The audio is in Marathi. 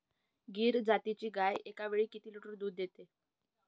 गीर जातीची गाय एकावेळी किती लिटर दूध देते?